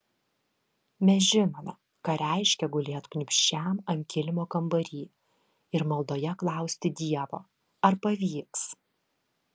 mes žinome ką reiškia gulėt kniūbsčiam ant kilimo kambary ir maldoje klausti dievo ar pavyks